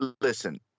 Listen